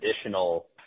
additional